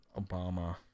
Obama